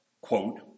quote